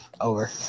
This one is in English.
Over